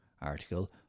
Article